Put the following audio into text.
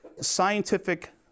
scientific